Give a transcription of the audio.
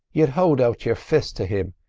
you'd hold out your fist to him,